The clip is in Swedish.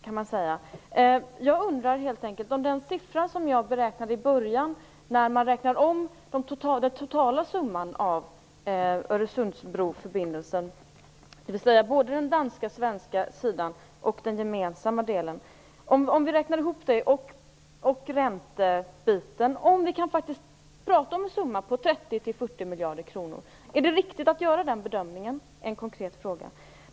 Först undrar jag helt enkelt om det är korrekt att prata om ett belopp på 30-40 miljarder kronor när man räknar ihop den totala summan för Öresundsbroförbindelsen, dvs. både den danska och den svenska delen och den gemensamma delen samt räntebiten. Är det riktigt att göra den bedömningen? Det var en konkret fråga.